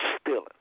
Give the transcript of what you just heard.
stealing